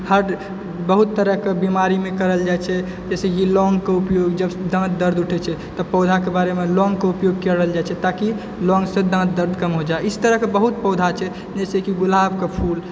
हर बहुत तरह के बीमारी मे करल जाय छै जैसे कि लौंग कऽ उपयोग जब दाँत दर्द उठए छै तऽ पौधा के बारे मे लौंग के उपयोग करल जाइ छे ताकि लौंग सऽ दाँत दर्द कम हो जाइ इस तरह के बहुत पौधा छै जैसे कि गुलाब के फूल